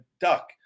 duck